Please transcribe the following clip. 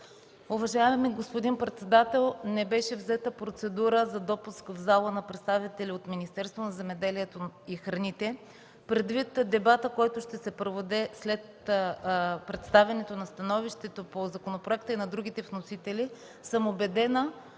Уважаеми господин председател, не беше взета процедура за допуск в залата на представители от Министерство на земеделието и храните. Предвид дебатът, който ще се проведе след представянето на становището по законопроекта и на другите вносители, съм убедена,